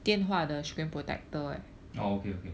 oh okay okay